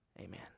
Amen